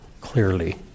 clearly